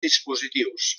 dispositius